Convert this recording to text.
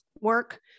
work